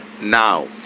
now